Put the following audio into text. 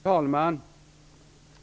Herr talman!